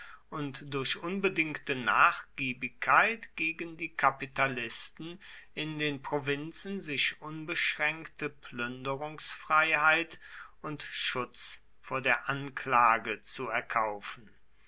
und durch unbedingte nachgiebigkeit gegen die kapitalisten in den provinzen sich unbeschränkte plünderungsfreiheit und schutz vor der anklage zu erkaufen